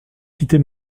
quitter